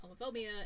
homophobia